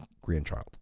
grandchild